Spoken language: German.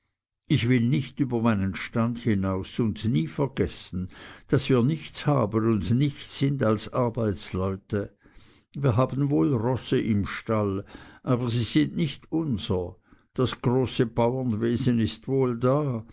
ich will nicht über meinen stand hinaus und nie vergessen daß wir nichts haben und nichts sind als arbeitsleute wir haben wohl rosse im stall aber sie sind nicht unser das große bauernwesen ist wohl da